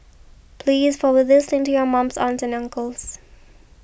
please forward this link to your mums aunts and uncles